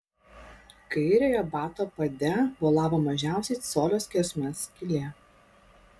kairiojo bato pade bolavo mažiausiai colio skersmens skylė